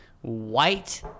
white